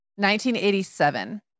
1987